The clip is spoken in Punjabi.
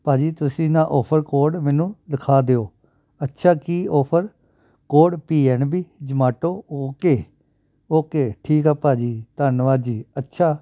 ਭਾਅ ਜੀ ਤੁਸੀਂ ਨਾ ਔਫਰ ਕੋਡ ਮੈਨੂੰ ਲਿਖਾ ਦਿਉ ਅੱਛਾ ਕੀ offer code P N B Zomato okay okay ਠੀਕ ਆ ਭਾਅ ਜੀ ਧੰਨਵਾਦ ਜੀ ਅੱਛਾ